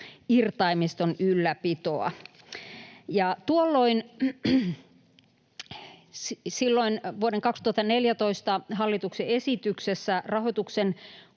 irtaimiston ylläpitoa. Tuolloin, silloin vuoden 2014 hallituksen esityksessä, rahoituksen